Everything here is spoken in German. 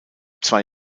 zwei